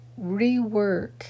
rework